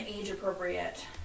age-appropriate